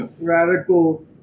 Radical